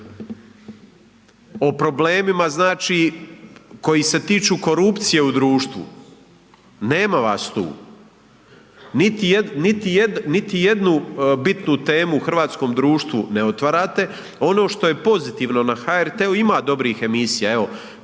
O problemima koji se tiču korupcije u društvu, nema vas tu. Niti jednu bitnu temu u hrvatskom društvu ne otvarate. Ono što je pozitivno na HRT-u ima dobrih emisija, evo